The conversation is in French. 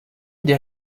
des